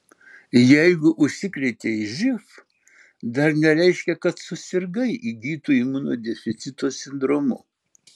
jeigu užsikrėtei živ dar nereiškia kad susirgai įgytu imunodeficito sindromu